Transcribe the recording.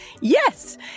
yes